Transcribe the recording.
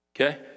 Okay